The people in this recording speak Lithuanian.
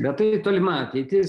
bet tai tolima ateitis